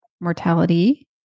mortality